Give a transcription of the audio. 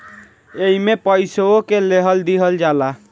एईमे पइसवो के लेहल दीहल होला